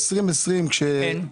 יעבדו במשך חמשת החודשים האלה.